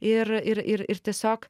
ir ir ir ir tiesiog